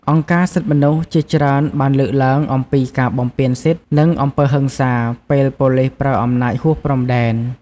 អង្គការសិទ្ធិមនុស្សជាច្រើនបានលើកឡើងអំពីការបំពានសិទ្ធិ និងអំពើហិង្សា ពេលប៉ូលីសប្រើអំណាចហួសព្រំដែន។